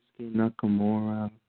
Nakamura